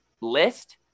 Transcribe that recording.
list